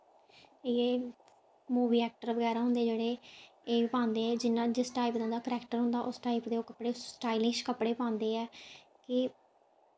एह् movie actor बगैरा होंदे जेह्ड़े एह् पांदे ऐ जियां जिस टाईप दा उं'दा करैक्टर होंदा उस टाईप दे ओह् कपड़े स्टाईलिश कपड़े पांदे ऐ कि